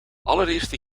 allereerste